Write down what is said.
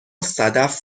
صدف